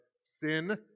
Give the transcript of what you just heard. Sin